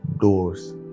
doors